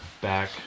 back